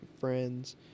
friends